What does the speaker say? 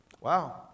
Wow